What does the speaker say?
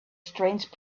strange